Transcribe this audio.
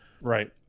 Right